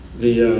the